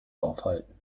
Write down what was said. aufhalten